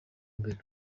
imbere